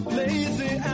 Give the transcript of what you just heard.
lazy